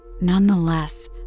Nonetheless